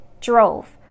drove